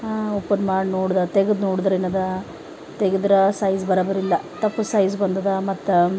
open ಮಾಡಿ ನೋಡಿದ ತೆಗದು ನೋಡಿದ್ರೆ ಏನದ ತೆಗೆದ್ರ ಸೈಜ್ ಬರಾಬರ್ ಇಲ್ಲ ತಪ್ಪು ಸೈಜ್ ಬಂದದ ಮತ್ತು